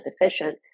efficient